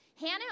Hannah